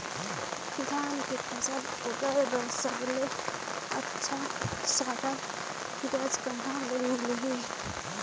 धान के फसल उगाई बार सबले अच्छा सस्ता ब्याज कहा ले मिलही?